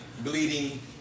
bleeding